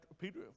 Peter